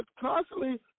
constantly